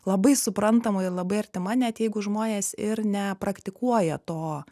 labai suprantama ir labai artima net jeigu žmonės ir nepraktikuoja to